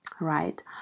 Right